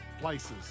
places